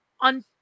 on